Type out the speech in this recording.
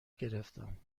گرفتم